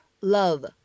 love